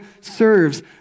serves